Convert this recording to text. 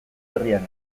herrian